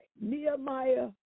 Nehemiah